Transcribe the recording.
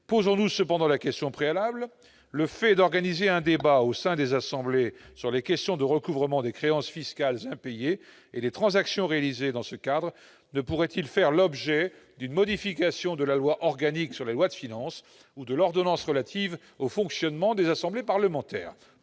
Posons-nous cependant cette question préalable : l'organisation d'un débat au sein des assemblées sur les questions de recouvrement des créances fiscales impayées et des transactions réalisées dans ce cadre ne pourrait-elle pas faire l'objet d'une modification de la loi organique relative aux lois de finances ou de l'ordonnance relative au fonctionnement des assemblées parlementaires ?